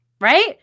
right